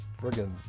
friggin